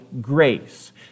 grace